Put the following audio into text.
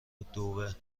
الدعوه